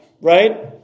Right